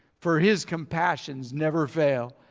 for his compassions never fail.